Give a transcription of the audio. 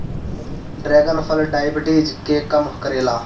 dragon फल diabetes के कम करेला